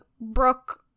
brooke